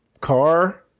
car